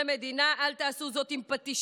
אל תעשו זאת עם פטישים של עריצים,